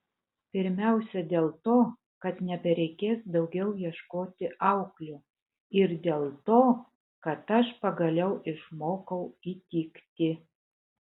pirmiausia dėl to kad nebereikės daugiau ieškoti auklių ir dėl to kad aš pagaliau išmokau įtikti